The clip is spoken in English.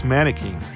Mannequin